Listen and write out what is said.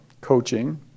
coaching